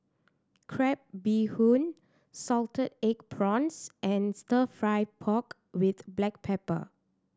crab bee hoon salted egg prawns and Stir Fry pork with black pepper